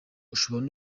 ushobora